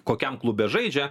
kokiam klube žaidžia